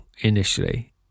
initially